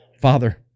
father